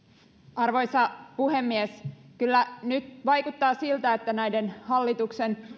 arvoisa puhemies kyllä nyt vaikuttaa siltä että näiden hallituksen